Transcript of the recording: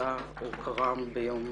פצצה או כרעם ביום